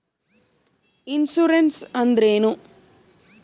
Insurance ಅಂದ್ರೇನು?